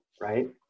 right